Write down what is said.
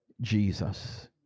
Jesus